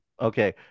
Okay